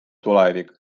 tulevik